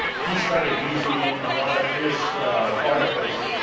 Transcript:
he started using it in a lot of his articles.